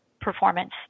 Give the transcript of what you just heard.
performance